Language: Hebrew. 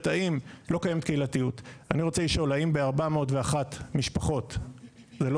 אני רוצה לשאול האם ב-401 משפחות זה לא